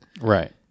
Right